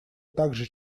также